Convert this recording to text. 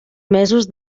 mesos